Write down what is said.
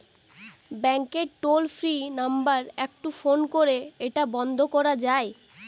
ব্যাংকের toll free number একটু phone করে এটা বন্ধ করা যায়?